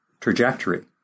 trajectory